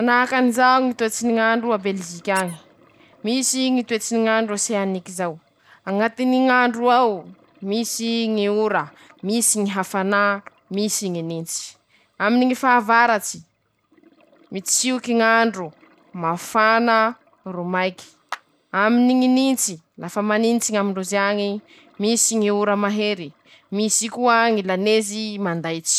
Mnanahakan'izay Ñy toetsy ny ñ'andro a Belizik'añe: Misy Ñy toetsy ny ñ'andro oseaniky zao, añatiny ñ'andro ao, misy ñy ora, misy ñy hafanà, misy ñy nintsy, aminy ñy fahavaratsy, mitsioky ñ'andro, mafana ro maiky, aminy ñy nintsy, lafa manintsy ñ'amindrozy añy, misy ñy ora mahery, misy koa ñy lanezy manday.